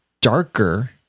darker